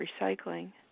recycling